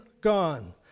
gone